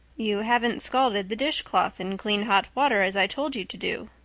you haven't scalded the dishcloth in clean hot water as i told you to do,